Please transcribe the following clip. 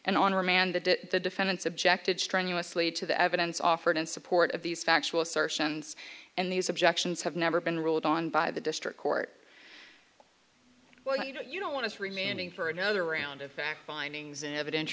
remand that defendants objected strenuously to the evidence offered in support of these factual assertions and these objections have never been ruled on by the district court you don't want to remain ending for another round of fact findings in eviden